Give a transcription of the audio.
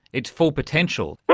its full potential. well,